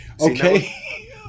Okay